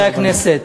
חברי הכנסת,